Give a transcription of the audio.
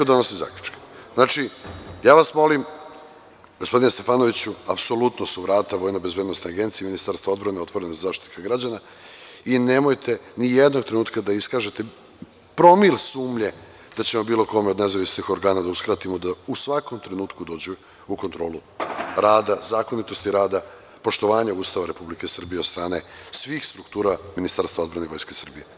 Ja vas molim, gospodine Stefanoviću, apsolutno su vrata VBA i Ministarstva odbrane otvorena za Zaštitnika građana i nemojte nijednog trenutka da iskažete ni promil sumnje da ćemo bilo kome od nezavisnih organa da uskratimo da u svakom trenutku dođe u kontrolu rada, zakonitosti rada i poštovanja Ustava Republike Srbije od strane svih struktura Ministarstva odbrane i Vojske Srbije.